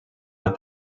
have